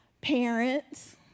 Parents